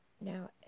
Now